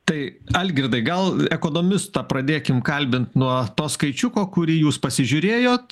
tai algirdai gal ekonomistą pradėkim kalbint nuo to skaičiuko kurį jūs pasižiūrėjot